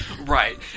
Right